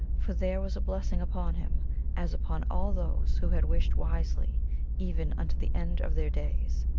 for there was a blessing upon him as upon all those who had wished wisely even unto the end of their days.